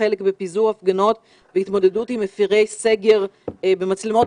חלק בפיזור הפגנות ובהתמודדות עם מפרי סגר במצלמות